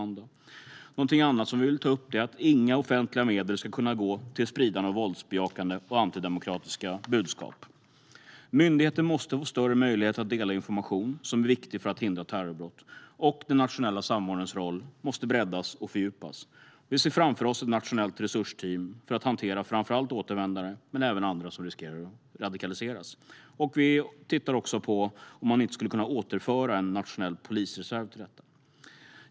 Någonting annat som vi vill ta upp är att inga offentliga medel ska kunna gå till spridande av våldsbejakande och antidemokratiska budskap. Myndigheter måste få större möjligheter att dela information som är viktig för att hindra terrorbrott. Den nationella samordnarens roll måste breddas och fördjupas. Vi ser framför oss ett nationellt resursteam för att hantera framför allt återvändare men även andra som riskerar att radikaliseras. Vi tittar också på om man inte skulle kunna återföra en nationell polisreserv till detta.